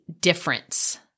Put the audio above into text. difference